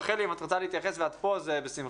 רחלי אם את רוצה להתייחס, ואת פה, אז בשמחה.